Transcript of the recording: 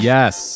Yes